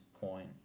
point